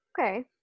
Okay